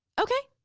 okay,